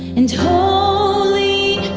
and holy